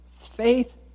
faith